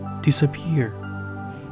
disappear